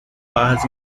barras